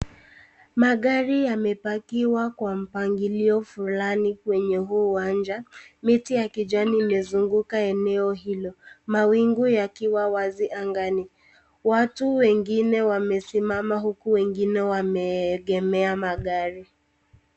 Magari yamepakiwa kwa mpangilio fulani kwenye huu uwanja, miti ya kijani imezunguka eneo hilo. Mawingu yakiwa wazi angani, watu wengine wamesimama huku wengine wame egemea magari.